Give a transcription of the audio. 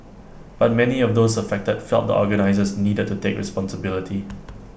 but many of those affected felt the organisers needed to take responsibility